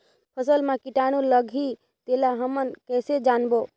फसल मा कीटाणु लगही तेला हमन कइसे जानबो?